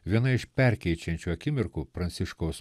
viena iš perkeičiančių akimirkų pranciškaus